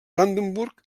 brandenburg